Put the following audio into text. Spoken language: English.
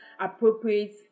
appropriate